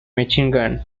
michigan